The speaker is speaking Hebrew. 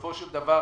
ובסופו של דבר,